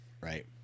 Right